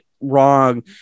wrong